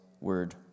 word